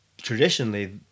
Traditionally